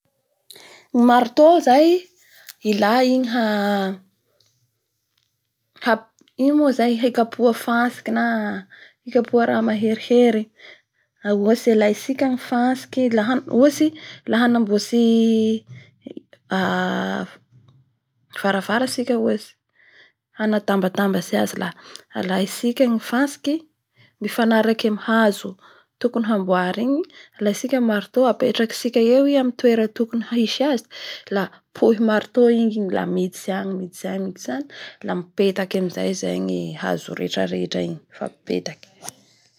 Ny marto zany ilay igny ha- ino moa zay hikapoha fantsiky na hikapoa raha maherihery la ohatsy alaitsika ny fantsiky; ohatsy la hanambotsy aa varavara atsika ohatsy hanatambatambantsy azy la alaitsika ny fantsiky mifanaraky amin'ny hazo tokony hamboary igny alaitsika ny marto apetaky tsika eo i amin'ny toera tokony hisy azy la pohy marto i la miditsy agny la mipetaky amizay zany ny hazo rehetra rehetra igny.